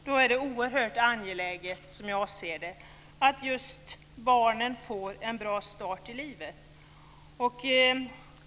Då är det oerhört angeläget, som jag ser det, att barnen får en bra start i livet.